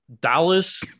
Dallas